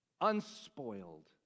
unspoiled